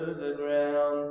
the ground